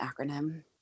acronym